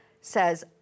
says